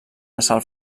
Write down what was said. assalt